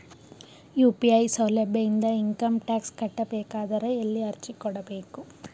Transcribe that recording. UPI ಸೌಲಭ್ಯ ಇಂದ income tax ಕಟ್ಟಬೇಕಾದರ ಎಲ್ಲಿ ಅರ್ಜಿ ಕೊಡಬೇಕು?